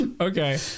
okay